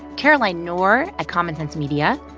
caroline knorr at common sense media,